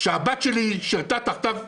שהבת שלי שירתה תחתיו,